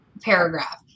paragraph